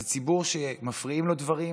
זה ציבור שמפריעים לו דברים,